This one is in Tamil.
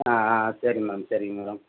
ஆ ஆ சரிங்க மேம் சரிங்க மேடம்